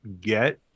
get